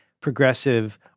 progressive